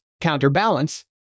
counterbalance